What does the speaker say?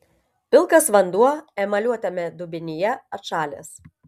pilkas vanduo emaliuotame dubenyje atšalęs